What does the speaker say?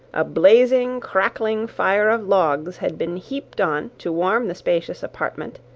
a blazing, crackling fire of logs had been heaped on to warm the spacious apartment,